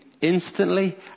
instantly